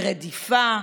ברדיפה,